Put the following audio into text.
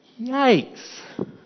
Yikes